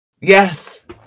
Yes